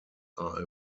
are